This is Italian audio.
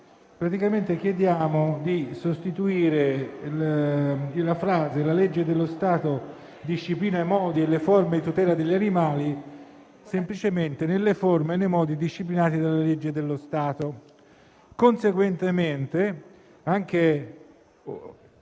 1.203 chiediamo di sostituire le parole: «la legge dello Stato disciplina i modi e le forme di tutela degli animali» con le seguenti: «nelle forme e nei modi disciplinati dalla legge dello Stato».